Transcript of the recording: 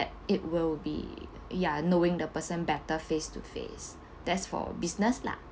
it will be ya knowing the person better face to face that's for business lah